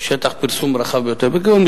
יש שטח, הוא לא